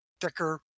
thicker